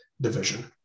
division